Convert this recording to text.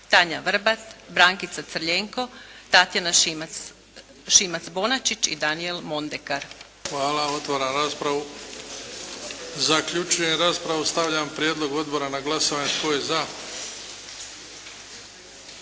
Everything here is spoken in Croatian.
Tanja Vrbat, Brankica Crljenko, Tatjana Šimac-Bonačić i Danijel Mondekar. **Bebić, Luka (HDZ)** Hvala. Otvaram raspravu. Zaključujem raspravu. Stavljam prijedlog odbora na glasovanje. Tko je za?